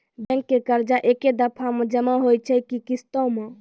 Bank के कर्जा ऐकै दफ़ा मे जमा होय छै कि किस्तो मे?